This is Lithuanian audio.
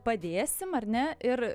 padėsim ar ne ir